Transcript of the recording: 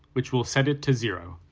which will set it to zero.